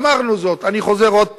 אמרנו זאת, אני חוזר עוד פעם: